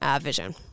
vision